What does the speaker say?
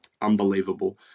Unbelievable